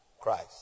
Christ